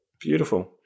beautiful